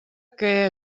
que